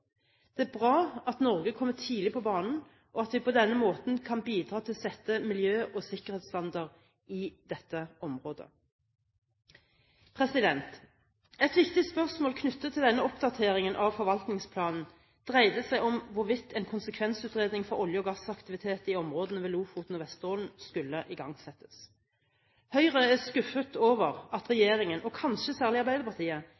Det er bra at Norge kommer tidlig på banen, og at vi på denne måten kan bidra til å sette miljø- og sikkerhetsstandarder i dette området. Et viktig spørsmål knyttet til denne oppdateringen av forvaltningsplanen dreide seg om hvorvidt en konsekvensutredning for olje- og gassaktivitet i områdene ved Lofoten og Vesterålen skulle igangsettes. Høyre er skuffet over at regjeringen, og kanskje særlig Arbeiderpartiet,